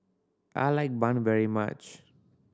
I like bun very much